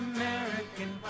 American